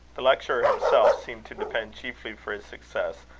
the lecturer himself seemed to depend chiefly for his success,